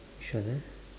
which one ah